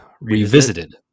revisited